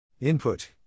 Input